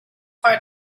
part